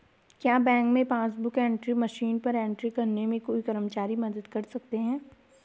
क्या बैंक में passbook book entry machine पर एंट्री करने में कोई कर्मचारी मदद कर सकते हैं?